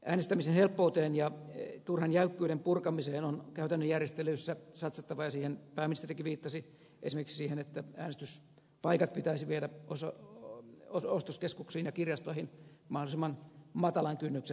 äänestämisen helppouteen ja turhan jäykkyyden purkamiseen on käytännön järjestelyissä satsattava ja siihen pääministerikin viittasi esimerkiksi siihen että äänestyspaikat pitäisi viedä ostoskeskuksiin ja kirjastoihin mahdollisimman matalan kynnyksen taakse